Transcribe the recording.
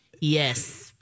Yes